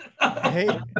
Hey